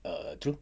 err true